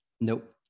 Nope